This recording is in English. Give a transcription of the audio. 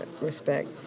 respect